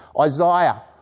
Isaiah